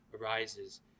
arises